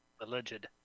Alleged